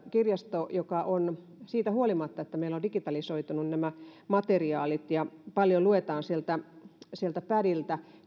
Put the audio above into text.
kirjasto siitä huolimatta että meillä ovat digitalisoituneet nämä materiaalit ja paljon luetaan pädiltä